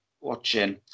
watching